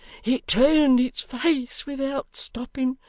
it turned its face without stopping,